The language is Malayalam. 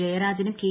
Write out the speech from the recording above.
ജയരാജനും കെ